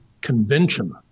convention